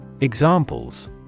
Examples